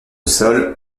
sol